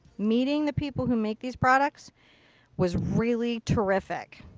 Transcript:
meeting the people who make these products was really terrific.